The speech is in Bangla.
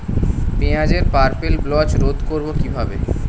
পেঁয়াজের পার্পেল ব্লচ রোধ করবো কিভাবে?